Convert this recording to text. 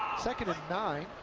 second and nine.